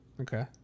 Okay